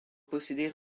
posséder